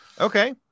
Okay